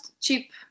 cheap